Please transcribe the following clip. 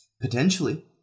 Potentially